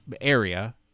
area